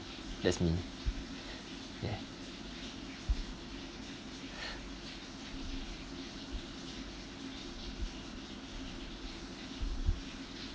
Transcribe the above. that's me yeah